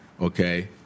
okay